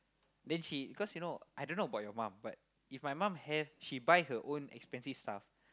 then she cause you know I dunno about your mum but if my mum have she buy her own expensive stuff